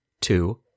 two